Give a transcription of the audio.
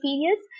periods